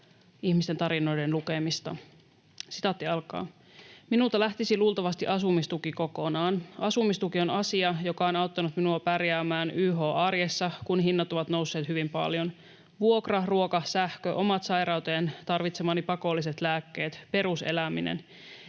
ihmisten tarinoiden lukemista. ”Minulta lähtisi luultavasti asumistuki kokonaan. Asumistuki on asia, joka on auttanut minua pärjäämään yh-arjessa, kun hinnat ovat nousseet hyvin paljon: vuokra, ruoka, sähkö, omaan sairauteen tarvitsemani pakolliset lääkkeet, peruseläminen.